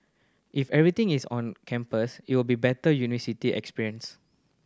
if everything is on campus it will be better university experience